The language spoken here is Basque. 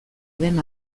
den